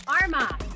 Arma